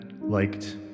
liked